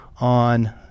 on